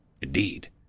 Indeed